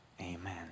Amen